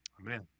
Amen